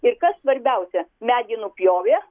ir kas svarbiausia medį nupjovė